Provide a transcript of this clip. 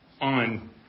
on